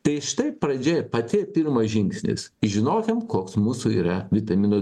tai štai pradžia pati pirmas žingsnis žinokim koks mūsų yra vitamino